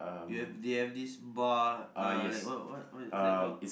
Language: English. you have they have this bar uh like what what what is that called